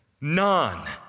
None